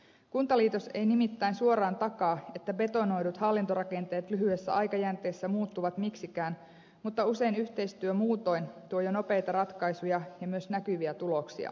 kuntaliitos ei nimittäin suoraan takaa että betonoidut hallintorakenteet lyhyessä aikajänteessä muuttuvat miksikään mutta usein yhteistyö muutoin tuo jo nopeita ratkaisuja ja myös näkyviä tuloksia